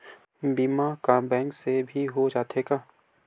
बीमा का बैंक से भी हो जाथे का?